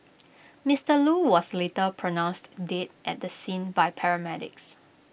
Mister Loo was later pronounced dead at the scene by paramedics